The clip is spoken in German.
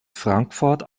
frankfurt